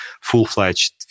full-fledged